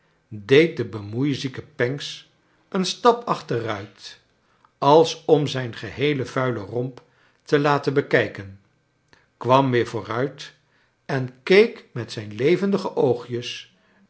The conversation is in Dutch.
deed de bemoeizieke pancks een stap achteruit als om zijn geheelen vuilen romp te laten bekijken kwam weer vooruit en keek met zijn levendige oogjes